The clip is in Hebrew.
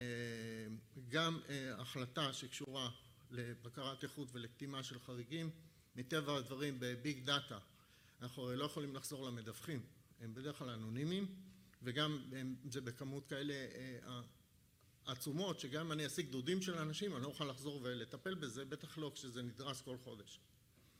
גם החלטה שקשורה לבקרת איכות ולקטימה של חריגים מטבע הדברים בביג דאטה אנחנו לא יכולים לחזור למדווחים הם בדרך כלל אנונימיים וגם זה בכמות כאלה עצומות שגם אם אני אשיג דודים של אנשים אני לא אוכל לחזור ולטפל בזה בטח לא כשזה נדרס כל חודש